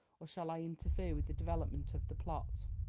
or shall i interfere with the development of the plot?